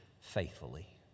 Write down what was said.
faithfully